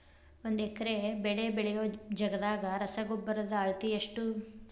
ಒಂದ್ ಎಕರೆ ಬೆಳೆ ಬೆಳಿಯೋ ಜಗದಾಗ ರಸಗೊಬ್ಬರದ ಅಳತಿ ಎಷ್ಟು?